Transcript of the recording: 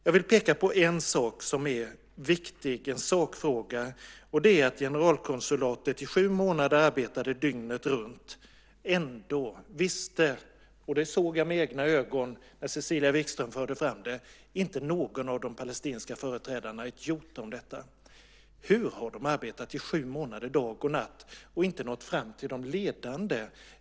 Jag vill peka på en sakfråga som är viktig, och det är att generalkonsulatet i sju månader arbetade dygnet runt. Ändå visste - jag såg med egna ögon när Cecilia Wikström förde fram det - inte någon av de palestinska företrädarna ett jota om detta. Hur har de kunnat arbeta dag och natt i sju månader utan att nå fram till de ledande?